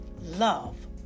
Love